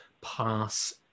pass